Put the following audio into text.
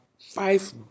five